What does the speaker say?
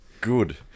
good